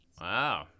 Wow